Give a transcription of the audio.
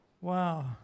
Wow